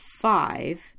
five